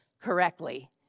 correctly